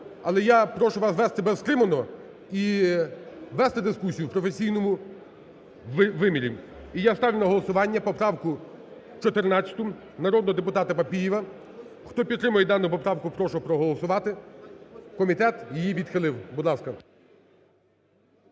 але я прошу вас вести себе стримано і вести дискусію в професійному вимірі. І я ставлю на голосування поправку 14 народного депутата Папієва. Хто підтримує дану поправку, прошу проголосувати. Комітет її відхилив. Будь ласка.